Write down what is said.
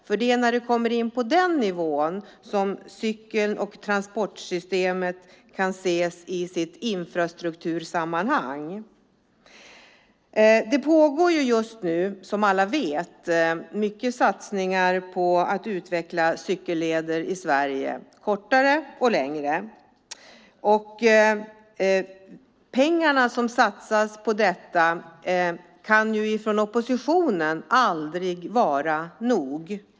För det är när det kommer in på den nivån som cykeln och transportsystemet kan ses i sitt infrastruktursammanhang. Det pågår just nu, som alla vet, mycket satsningar på att utveckla cykelleder i Sverige, både kortare och längre sådana. Mängden pengar som satsas på detta kan enligt oppositionen aldrig vara nog.